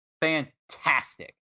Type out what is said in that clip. fantastic